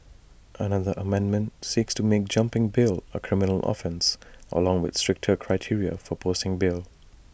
another amendment seeks to make jumping bail A criminal offence along with stricter criteria for posting bail